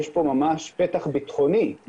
יש פה ממש פתח ביטחוני,